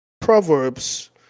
Proverbs